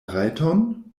rajton